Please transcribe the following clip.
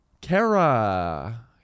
Kara